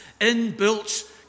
inbuilt